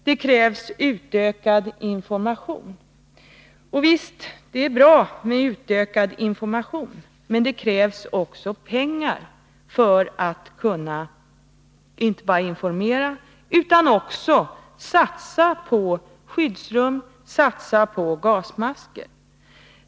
Och visst är det bra med utökad information, men det krävs också pengar för att kunna inte bara informera utan också satsa på skyddsrum och gasmasker.